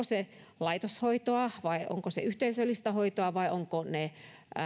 se laitoshoitoa vai onko se yhteisöllistä hoitoa vai ovatko ne